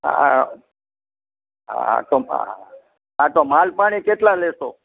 હા હા હા હા તો હા હા તો માલ પાણી કેટલાં લેશો